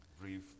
brief